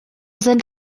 sind